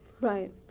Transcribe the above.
Right